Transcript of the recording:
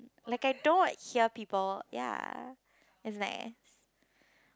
like I don't wanna hear people ya it's nice